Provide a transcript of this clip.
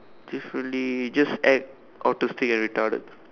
differently just act autistic and retarded